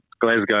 Glasgow